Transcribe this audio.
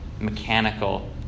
mechanical